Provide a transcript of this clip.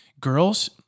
girls